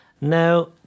Now